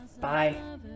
Bye